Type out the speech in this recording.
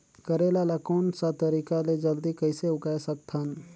करेला ला कोन सा तरीका ले जल्दी कइसे उगाय सकथन?